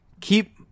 keep